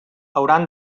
hauran